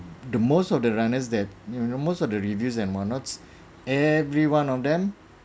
the most of the runners that you know most of the reviews and what not everyone of them